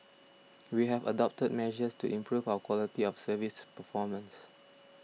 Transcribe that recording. we have adopted measures to improve our quality of service performance